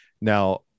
Now